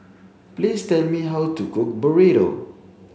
please tell me how to cook Burrito